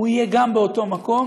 הוא גם יהיה באותו מקום,